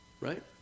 Right